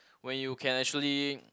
when you can actually